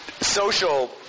social